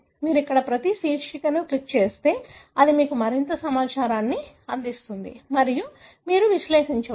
మీరు ఇక్కడ ప్రతి శీర్షికను క్లిక్ చేస్తే అది మీకు మరింత సమాచారాన్ని అందిస్తుంది మరియు మీరు విశ్లేషించవచ్చు